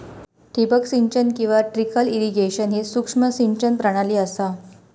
ठिबक सिंचन किंवा ट्रिकल इरिगेशन ही सूक्ष्म सिंचन प्रणाली असा